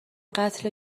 قتل